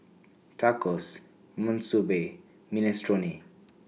Tacos Monsunabe Minestrone